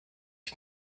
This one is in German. ich